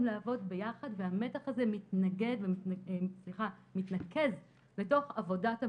לעבוד ביחד והמתח הזה מתנקז לתוך עבודת הממונה.